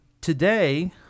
today